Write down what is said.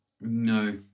No